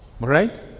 right